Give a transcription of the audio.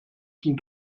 zum